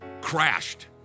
crashed